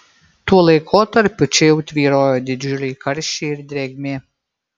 tuo laikotarpiu čia jau tvyrojo didžiuliai karščiai ir drėgmė